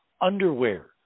underwear